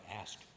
ask